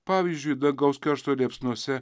pavyzdžiui dangaus keršto liepsnose